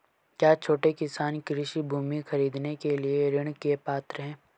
क्या छोटे किसान कृषि भूमि खरीदने के लिए ऋण के पात्र हैं?